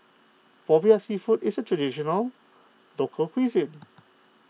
Popiah Seafood is a Traditional Local Cuisine